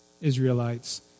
Israelites